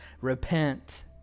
repent